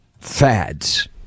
fads